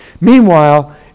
Meanwhile